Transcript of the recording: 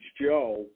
Joe